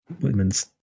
women's